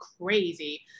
Crazy